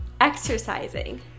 exercising